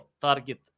target